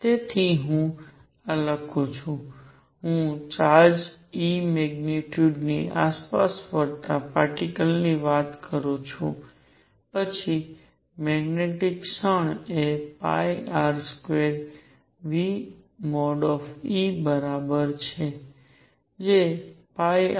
તેથી હું આ લખું છું હું ચાર્જ e મેગ્નિટ્યુડની આસપાસ ફરતા પાર્ટીકલ ની વાત કરું છું પછી મેગ્નેટિક ક્ષણ એ R2|e| બરાબર છે